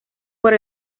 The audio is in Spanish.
por